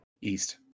East